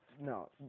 no